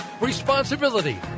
responsibility